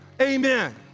Amen